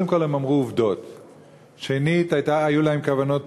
עד שיביאו לי את הרשימה המלאה.